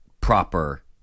proper